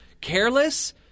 careless